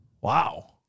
wow